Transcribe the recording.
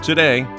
Today